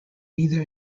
neither